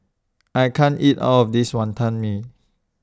I can't eat All of This Wantan Mee